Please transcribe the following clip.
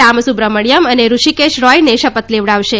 રામસુબ્રમણ્યમ અને ઋષિકેશ રોયને શપથ લેવડાવશે